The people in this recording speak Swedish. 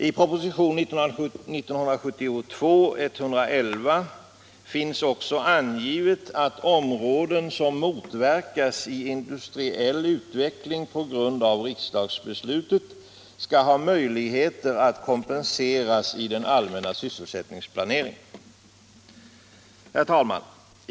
I propositionen 1972:111 sägs också att områden som motverkas i fråga om industriell utveckling på grund av riksdagsbeslutet skall ha möjligheter att bli kompenserade i den allmänna sysselsättningsplaneringen. Herr talman!